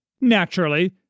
Naturally